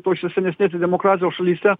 tose senesnėse demokratijos šalyse